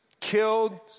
killed